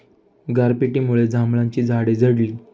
गारपिटीमुळे जांभळाची झाडे झडली